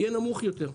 יהיה נמוך יותר.